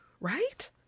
right